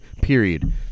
Period